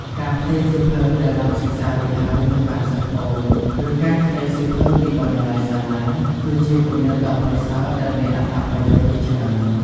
ការផ្ទេរសៀវភៅដែលបានសិក្សារួចហើយទៅកាន់សិស្សប្អូន ឬការខ្ចីសៀវភៅពីបណ្ណាល័យសាលា គឺជាគំនិតដ៏ប្រសើរដែលមានអត្ថប្រយោជន៍ជាច្រើន។